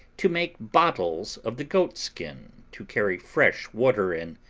to make bottles of the goats' skins to carry fresh water in,